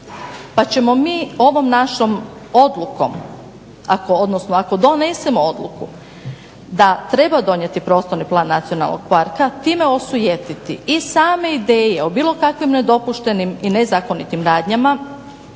pa ćemo mi ovom našom odlukom ako donesemo odluku da treba donijeti prostorni plan nacionalnog parka time osujetiti i same ideje o bilo kakvim nedopuštenim i nezakonitim radnjama,